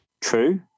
True